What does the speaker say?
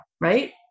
Right